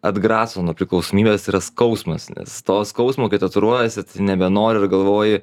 atgraso nuo priklausomybės yra skausmas nes to skausmo kai tatuiruojasi nebenori ir galvoji